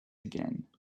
again